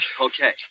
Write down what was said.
Okay